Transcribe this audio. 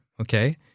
Okay